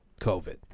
COVID